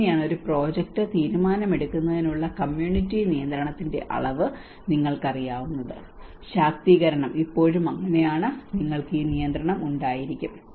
അങ്ങനെയാണ് ഒരു പ്രോജക്റ്റ് തീരുമാനമെടുക്കുന്നതിനുള്ള കമ്മ്യൂണിറ്റി നിയന്ത്രണത്തിന്റെ അളവ് നിങ്ങൾക്ക് അറിയാവുന്നത് ശാക്തീകരണം ഇപ്പോഴും അങ്ങനെയാണ് നിങ്ങൾക്ക് ഈ നിയന്ത്രണം ഉണ്ടായിരിക്കും